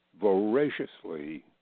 voraciously